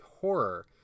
horror